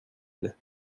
plait